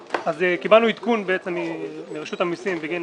קיבלנו עדכון מרשות המיסים בגין